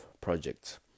projects